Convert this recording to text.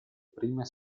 prime